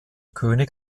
könig